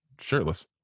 Shirtless